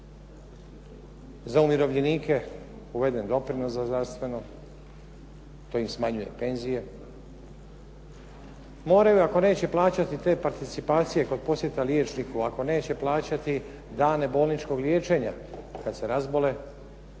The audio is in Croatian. za umirovljenike je uveden doprinos za zdravstveno, to im smanjuje penzije. Moraju ako neće plaćati te participacije kod posjeta liječniku, ako nećete plaćati dane bolničkog liječenja kad se razbole